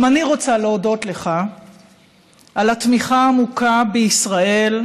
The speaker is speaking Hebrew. גם אני רוצה להודות לך על התמיכה העמוקה בישראל,